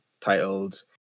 titled